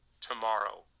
tomorrow